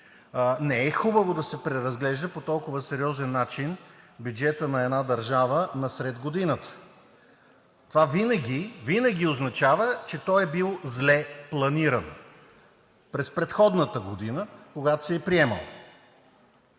не е хубаво да се преразглежда по толкова сериозен начин бюджетът на една държава насред годината. Това винаги означава, че той е бил зле планиран през предходната година, когато се е приемал.